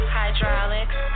hydraulics